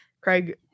Craig